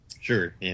Sure